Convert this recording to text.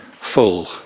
full